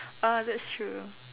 uh that's true lah